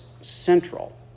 central